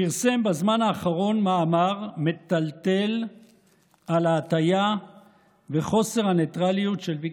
פרסם בזמן האחרון מאמר מטלטל על ההטעיה וחוסר הנייטרליות של ויקיפדיה.